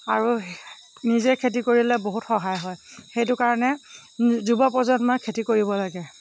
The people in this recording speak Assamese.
আৰু নিজে খেতি কৰিলে বহুত সহায় হয় সেইটো কাৰণে যুৱ প্ৰজন্মই খেতি কৰিব লাগে